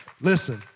Listen